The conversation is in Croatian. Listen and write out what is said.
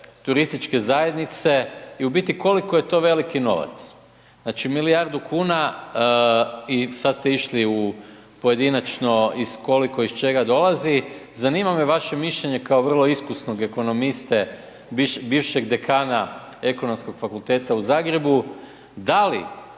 turističke zajednice i u biti koliko je to veliki novac. Znači, milijardu kuna i sad ste išli u pojedinačno iz koliko iz čega dolazi, zanima me vaše mišljenje kao vrlo iskusnog ekonomiste, bivšeg dekana Ekonomskog fakulteta u Zagrebu, da li